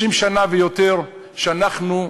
30 שנה ויותר שאנחנו,